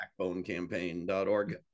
backbonecampaign.org